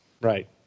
Right